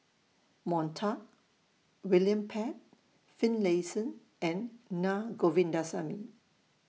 Montague William Pett Finlayson and Na Govindasamy